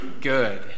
good